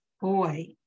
boy